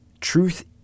truth